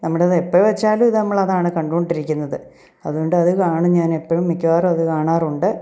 നമ്മളിതെപ്പം വെച്ചാലും നമ്മളതാണ് കണ്ടു കൊണ്ടിരിക്കുന്നത് അതുകൊണ്ടതു കാണും ഞാനെപ്പോഴും മിക്കവാറും അത് കാണാറുണ്ട്